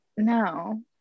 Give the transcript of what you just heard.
No